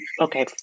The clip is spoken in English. okay